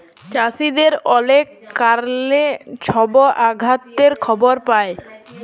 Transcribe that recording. চাষীদের অলেক কারলে ছব আত্যহত্যার খবর পায়